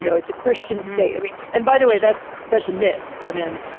you know it's a christian state. i mean. and by the way, that's that's a myth. i mean,